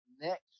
Next